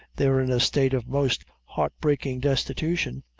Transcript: they're in a state of most heart-breakin' distitution,